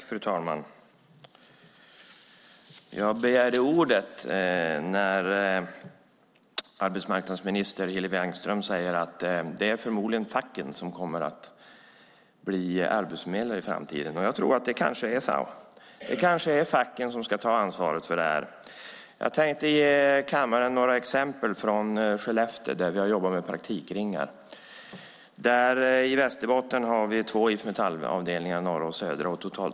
Fru talman! Jag begärde ordet när arbetsmarknadsminister Hillevi Engström sade att det förmodligen är facken som kommer att bli arbetsförmedlare i framtiden. Det är kanske sant. Det är kanske facken som ska ta ansvar. Jag tänkte ge kammaren några exempel från Skellefteå där vi har jobbat med praktikringar. I Västerbotten finns två IF Metall-avdelningar - Norra och Södra Västerbotten.